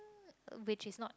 which is not